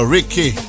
Ricky